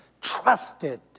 trusted